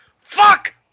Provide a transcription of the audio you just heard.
Fuck